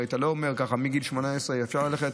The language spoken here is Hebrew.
הרי אתה לא אומר: מגיל 18 אפשר ללכת